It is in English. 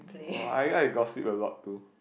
oh I like to gossip a lot too